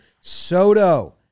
Soto